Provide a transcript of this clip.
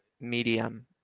medium